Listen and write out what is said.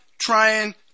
trying